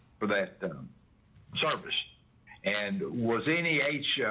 for that sharpish and was any h yeah